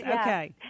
Okay